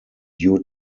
due